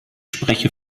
spreche